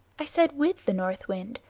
i said with the north wind,